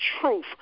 truth